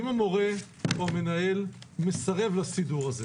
אם המורה או המנהל מסרב לסידור הזה,